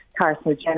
carcinogenic